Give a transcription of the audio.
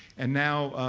and now,